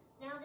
Now